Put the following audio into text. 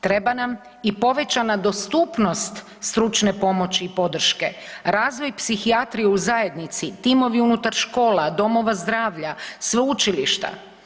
Treba nam i povećana dostupnost stručne pomoći i podrške, razvoj psihijatrije u zajednici, timovi unutar škola, domova zdravlja, sveučilišta.